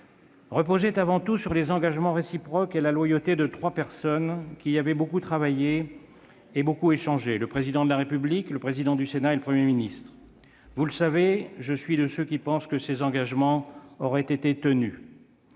reposait avant tout sur les engagements réciproques et la loyauté de trois personnes qui y avaient beaucoup travaillé, échangeant beaucoup : le Président de la République, le président du Sénat et le Premier ministre. Vous le savez, je suis de ceux qui pensent que ces engagements auraient été tenus.